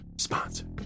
sponsor